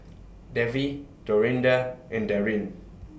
Davy Dorinda and Darrin